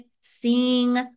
seeing